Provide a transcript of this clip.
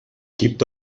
gibt